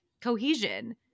cohesion